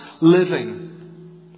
living